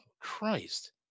Christ